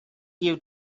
you